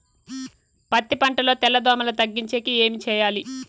పత్తి పంటలో తెల్ల దోమల తగ్గించేకి ఏమి చేయాలి?